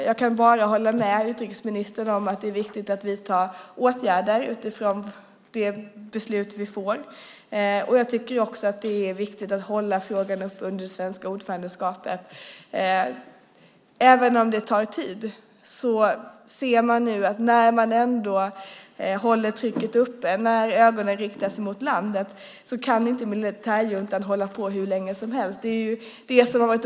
Jag håller med utrikesministern om att det är viktigt att vi vidtar åtgärder utifrån det resultat som blir av den. Det är också viktigt att hålla frågan aktuell under det svenska ordförandeskapet. Även om det tar tid kan vi se att när trycket hålls uppe, när ögonen riktas mot landet, kan militärjuntan inte hålla på hur länge som helst.